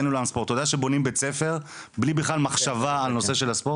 אתה יודע שבונים בית ספר בלי בכלל מחשבה על נושא של הספורט?